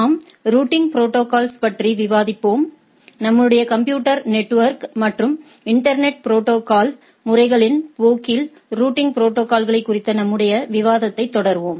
நாம் ரூட்டிங் ப்ரோடோகால்ஸ்களைப் பற்றி விவாதிப்போம் நம்முடைய கம்ப்யூட்டர் நெட்ஒர்க்குகள் மற்றும் இன்டர்நெட் ப்ரோடோகால்ஸ் முறைகளின் போக்கில் ரூட்டிங் ப்ரோடோகால்ஸ்களை குறித்த நம்முடைய விவாதத்தைத் தொடருவோம்